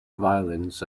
violins